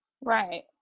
Right